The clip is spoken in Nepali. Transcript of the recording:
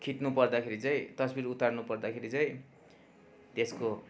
खिच्नु पर्दाखेरि चाहिँ तस्बिर उतार्नु पर्दाखेरि चाहिँ त्यसको